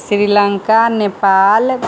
Sri Lanka Nepal